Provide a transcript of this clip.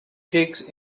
pigs